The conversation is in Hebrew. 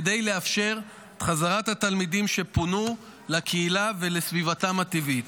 כדי לאפשר את חזרת התלמידים שפונו לקהילה ולסביבתם הטבעית.